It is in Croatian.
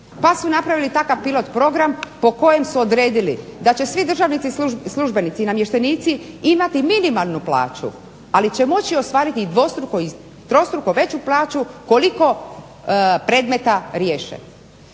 Pa su napravili takav pilot program po kojem su odredili da će svi državnici, službenici i namještenici imati minimalnu plaću ali će moći ostvariti i dvostruko i trostruko veću plaću koliko predmeta riješe.